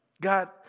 God